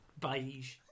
Beige